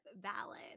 valid